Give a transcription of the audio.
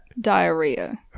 diarrhea